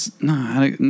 no